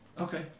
Okay